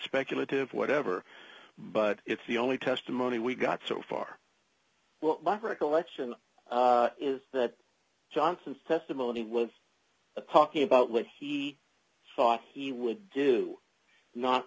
speculative whatever but it's the only testimony we've got so far recollection is that johnson's testimony was talking about what he thought he would do not